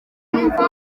gihugu